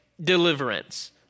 deliverance